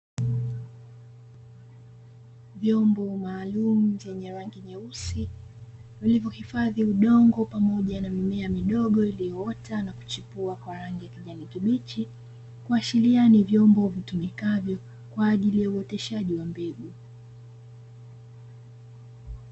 Vyombo maalumu vyenye rangi nyeusi, vilivyohifadhi udongo pamoja na mimea midogo iliyoota na kuchipua kwa rangi ya kijani kibichi, kuashiria ni vyombo vitumikavyo kwa ajili ya uoteshaji wa mbegu.